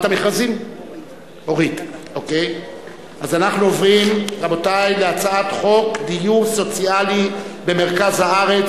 אנחנו עוברים להצעת חוק דיור סוציאלי במרכז הארץ,